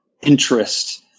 interest